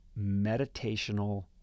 meditational